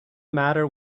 matter